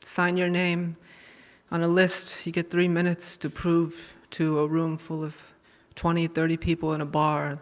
sign your name on a list. you get three minutes to prove to a room full of twenty thirty people in a bar